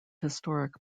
historic